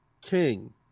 King